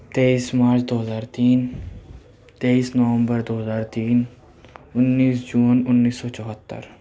تیئیس مارچ دو ہزار تین تیئیس نومبر دو ہزار تین انیس جون انیس سو چوہتر